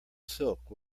silk